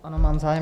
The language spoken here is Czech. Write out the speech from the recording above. Ano, mám zájem.